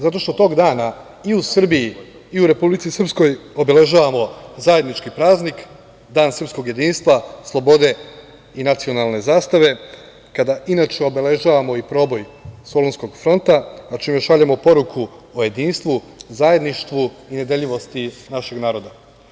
Zato što tog dana i u Srbiji i Republici Srpskoj obeležavamo zajednički praznik, Dan srpskog jedinstva slobode i nacionalne zastave kada inače obeležavamo i proboj Solunskog fronta, a čime šaljemo poruku o jedinstvu, zajedništvu i nedeljivosti našeg naroda.